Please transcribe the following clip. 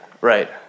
right